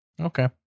okay